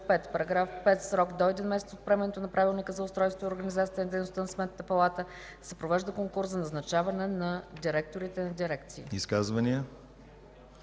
Изказвания?